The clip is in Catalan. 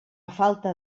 falta